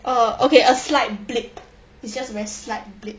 oh okay a slight bleep it's just very slight bleep